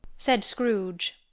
said scrooge,